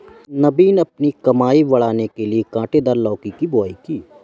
नवीन अपनी कमाई बढ़ाने के लिए कांटेदार लौकी की बुवाई की